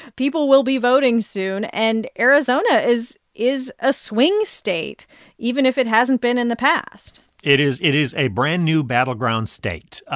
people will be voting soon, and arizona is is a swing state even if it hasn't been in the past it is it is a brand-new battleground state.